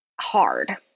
hard